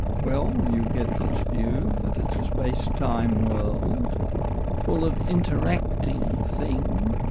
well, you get this view that it's a space time world full of interacting things,